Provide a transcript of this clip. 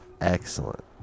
Excellent